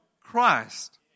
Christ